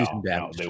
no